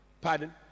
Pardon